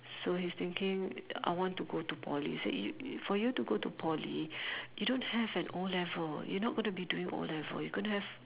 so he's thinking I want to go to Poly said you you for you to go to Poly you don't have an O-level you not going to be doing O-level you gonna have